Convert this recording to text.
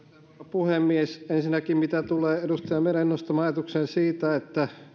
puhemies ensinnäkin mitä tulee edustaja meren nostamaan ajatukseen siitä